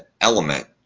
element